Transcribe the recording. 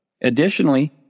Additionally